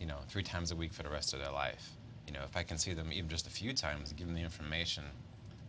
you know three times a week for the rest of their life you know if i can see them even just a few times given the information